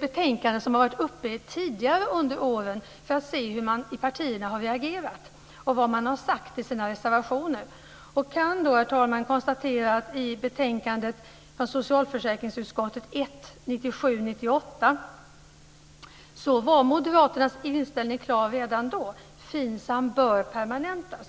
betänkanden som har behandlats tidigare under åren för att se hur partierna har reagerat och vad de har sagt i tidigare reservationer. Jag kan då konstatera att i socialförsäkringsutskottets betänkande 1997/98:1 var moderaternas inställning redan klar: FINSAM bör permanentas.